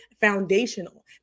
foundational